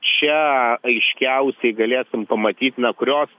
čia aiškiausiai galėsim pamatyt na kurios